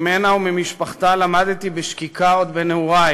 ממנה וממשפחתה למדתי בשקיקה עוד בנעורי